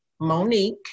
Monique